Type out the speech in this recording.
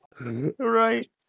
Right